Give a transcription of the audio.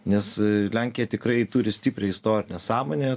nes lenkija tikrai turi stiprią istorinę sąmonę